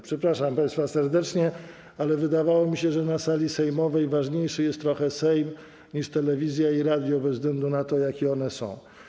Przepraszam państwa serdecznie, ale wydawało mi się, że na sali sejmowej trochę ważniejszy jest Sejm niż telewizja i radio, bez względu na to, jakie one są.